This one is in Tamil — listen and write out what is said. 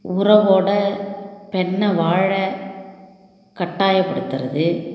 உறவோடு பெண்ணை வாழ கட்டாயப்படுத்துவது